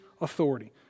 authority